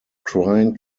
crying